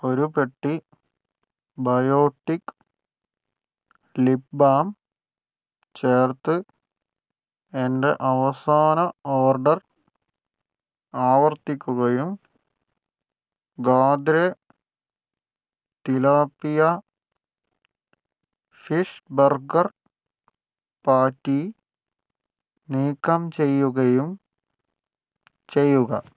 ഒരു പെട്ടി biotic lip balm ചേർത്ത് എന്റെ അവസാന ഓർഡർ ആവർത്തിക്കുകയും Gadre tilapia fish burger patty നീക്കം ചെയ്യുകയും ചെയ്യുക